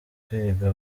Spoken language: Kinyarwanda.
kwiga